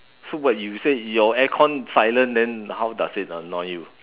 so what you said your aircon silent then how does it annoy you